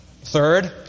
Third